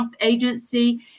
agency